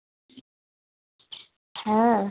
হ্যাঁ